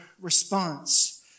response